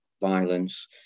violence